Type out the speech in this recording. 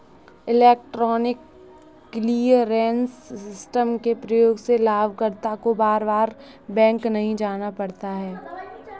electronic clearance system के प्रयोग से लाभकर्ता को बार बार बैंक नहीं जाना पड़ता है